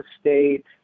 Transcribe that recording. state